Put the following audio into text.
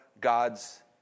God's